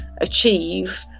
achieve